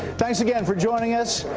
thanks again for joining us.